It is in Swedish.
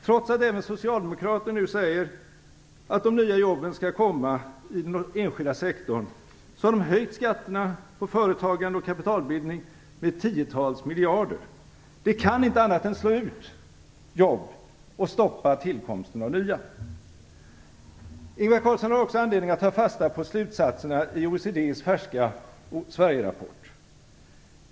Trots att även socialdemokrater nu säger att de nya jobben skall komma i den enskilda sektorn, har de höjt skatterna på företagande och kapitalbildning med tiotals miljarder. Det kan inte annat än slå ut jobb och stoppa tillkomsten av nya. Ingvar Carlsson har också anledning att ta fasta på slutsatserna i OECD:s färska Sverigerapport.